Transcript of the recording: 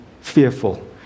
fearful